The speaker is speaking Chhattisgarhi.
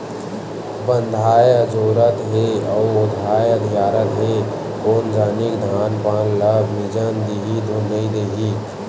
बंधाए अजोरत हे अउ धाय अधियारत हे कोन जनिक धान पान ल मिजन दिही धुन नइ देही